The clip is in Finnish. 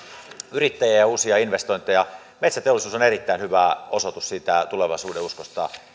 yrittäjiä ja uusia investointeja metsäteollisuus on erittäin hyvä osoitus siitä tulevaisuudenuskosta